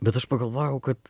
bet aš pagalvojau kad